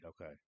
okay